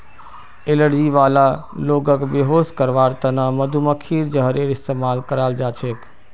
allergy वाला लोगक बेहोश करवार त न मधुमक्खीर जहरेर इस्तमाल कराल जा छेक